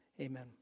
amen